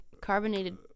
carbonated